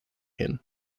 him